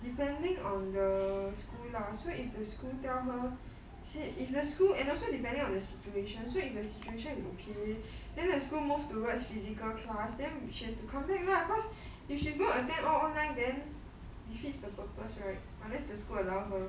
depending on the school lah so if the school tell her and also depending on the situation so if the situation is okay then school move towards physical class then she has to come back lah because if she's gonna attend all online then defeats the purpose right unless the school allow her